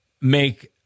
make